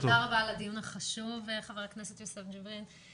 תודה רבה על הדיון החשוב, חבר הכנסת יוסף ג'בארין.